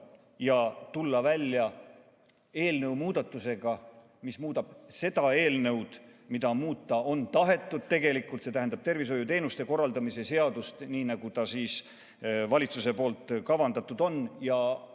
ja tulla välja eelnõu muudatusega, mis muudab seda, mida on tahetud tegelikult muuta, see tähendab tervishoiuteenuste korraldamise seadust, nii nagu see valitsusel kavandatud on.